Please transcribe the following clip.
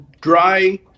dry